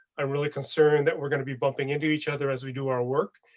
i'm really concerned that we're going to be bumping into each other as we do our work,